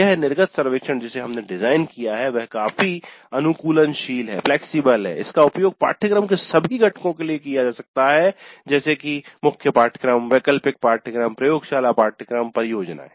यह निर्गत सर्वेक्षण जिसे हमने डिजाइन किया है वह काफी अनुकूलनशील है इसका उपयोग पाठ्यक्रम के सभी घटकों के लिए किया जा सकता है जैसे की मुख्य पाठ्यक्रम वैकल्पिक पाठ्यक्रम प्रयोगशाला पाठ्यक्रम परियोजनाएं